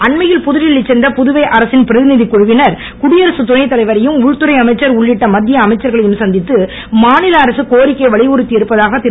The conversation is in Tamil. அண்மையில் புதுடில்லி சென்ற புதுவை அரசின் பிரதிநிதிக் குழுவினர் குடியரசுத் துணைத் தலைவரையும் உள்துறை அமைச்சர் உள்ளிட்ட மத்திய அமைச்சர்களையும் சந்தித்து மாநில அரசு கோரிக்கையை வலியுறுத்தி இருப்பதாக திரு